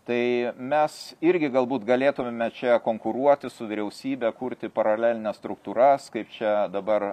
tai mes irgi galbūt galėtumėme čia konkuruoti su vyriausybe kurti paralelines struktūras kaip čia dabar